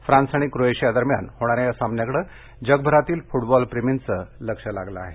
France आणि Croatia दरम्यान होणा या या सामन्याकडे जगभरातील फ्टबॉलप्रेमींचे लक्ष लागले आहे